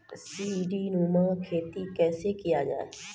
सीडीनुमा खेती कैसे किया जाय?